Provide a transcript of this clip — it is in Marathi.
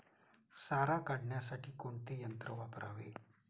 सारा काढण्यासाठी कोणते यंत्र वापरावे?